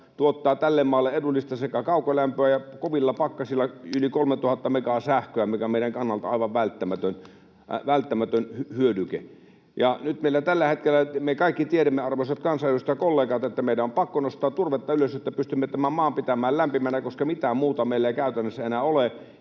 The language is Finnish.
tuottaa tälle maalle edullista kaukolämpöä ja kovilla pakkasilla yli 3 000 megaa sähköä, mikä on meidän kannaltamme aivan välttämätön hyödyke. Nyt me kaikki tiedämme, arvoisat kansanedustajakollegat, että tällä hetkellä meidän on pakko nostaa turvetta ylös, jotta pystymme tämän maan pitämään lämpimänä, koska mitään muuta meillä ei käytännössä enää ole.